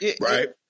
Right